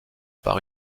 par